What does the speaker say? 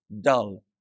dull